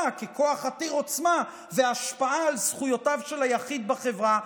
ככוח עתיר עוצמה והשפעה על זכויותיו של היחיד בחברה,